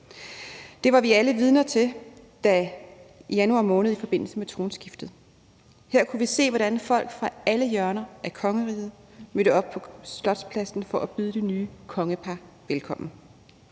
Det var vi alle vidner til i januar måned i forbindelse med tronskiftet. Her kunne vi se, hvordan folk fra alle hjørner af kongeriget mødte op på Slotspladsen for at byde det nye kongepar velkommen.